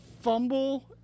fumble